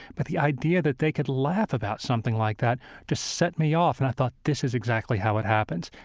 but the idea that they could laugh about something like that just set me off and i thought, this is exactly how it happens.